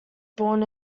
born